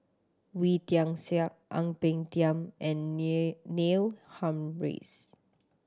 Wee Tian Siak Ang Peng Tiam and Neil Humphreys